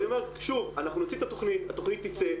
אני אומר שוב, אנחנו נוציא את התכנית, התכנית תצא.